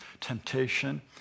temptation